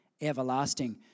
everlasting